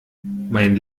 mein